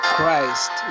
Christ